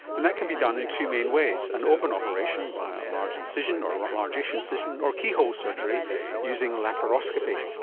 and that can be done in two main ways an open operation via a large incision or a largish incision, or keyhole surgery using laparoscopy,